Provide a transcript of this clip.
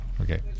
Okay